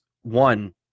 one